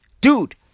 Dude